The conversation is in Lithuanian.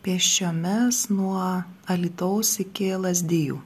pėsčiomis nuo alytaus iki lazdijų